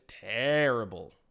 terrible